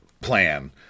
plan